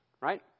right